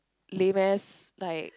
lame ass like